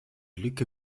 lücke